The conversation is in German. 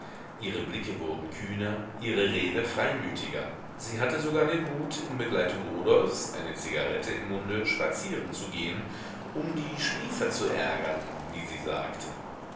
ihre blicke wurden kühner ihre rede freimütiger sie hatte sogar den mut in begleitung rudolfs eine zigarette im munde spazieren zu gehen um die spießer zu ärgern wie sie sagte